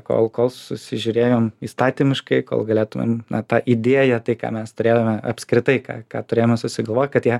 kol kol susižiūrėjom įstatymiškai kol galėtumėm na tą idėją tai ką mes turėjome apskritai ką ką turėjome susigalvot kad ją